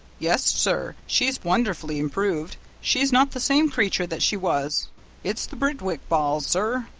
yes, sir, she's wonderfully improved she's not the same creature that she was it's the birtwick balls, sir,